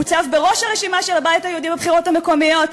הוצב בראש הרשימה של הבית היהודי בבחירות המקומיות,